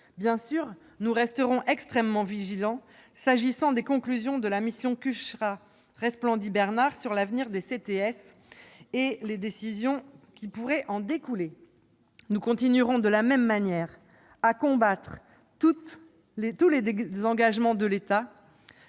Bien sûr, nous resterons extrêmement vigilants s'agissant des conclusions de la mission Cucherat-Resplandy-Bernard sur l'avenir des CTS et des décisions qui pourraient en découler. Nous continuerons de la même manière à combattre tout désengagement de l'État